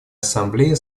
ассамблея